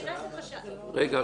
רגע,